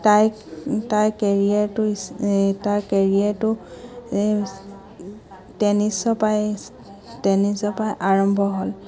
তাইক তাইৰ কেৰিয়াৰটো এই তাইৰ কেৰিয়াৰটো টেনিছৰ পৰাই টেনিছৰ পৰা আৰম্ভ হ'ল